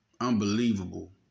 Unbelievable